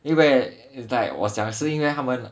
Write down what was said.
因为 is like 我想是因为他们